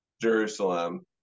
Jerusalem